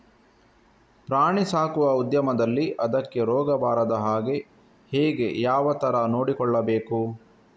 ಪ್ರಾಣಿ ಸಾಕುವ ಉದ್ಯಮದಲ್ಲಿ ಅದಕ್ಕೆ ರೋಗ ಬಾರದ ಹಾಗೆ ಹೇಗೆ ಯಾವ ತರ ನೋಡಿಕೊಳ್ಳಬೇಕು?